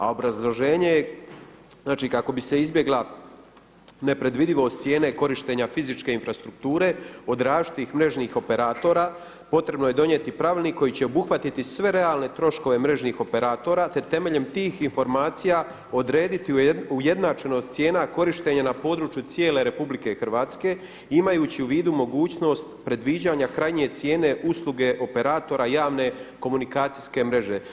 A obrazloženje je znači kako bi se izbjegla nepredvidivost cijene korištenja fizičke infrastrukture od različitih mrežnih operatora potrebno je donijeti Pravilnik koji će obuhvatiti sve realne troškove mrežnih operatora, te temeljem tih informacija odrediti ujednačenost cijena korištenja na području cijele Republike Hrvatske imajući u vidu mogućnost predviđanja krajnje cijene usluge operatora javne komunikacijske mreže.